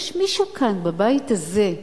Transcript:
יש מישהו כאן בבית הזה,